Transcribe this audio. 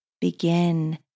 Begin